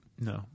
No